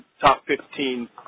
top-15